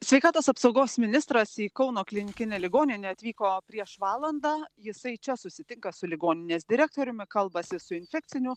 sveikatos apsaugos ministras į kauno klinikinę ligoninę atvyko prieš valandą jisai čia susitinka su ligoninės direktoriumi kalbasi su infekcinių